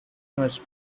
must